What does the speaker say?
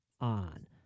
on